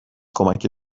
کمک